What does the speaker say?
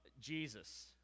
Jesus